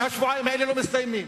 והשבועיים האלה לא מסתיימים.